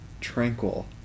tranquil